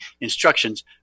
instructions